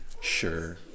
Sure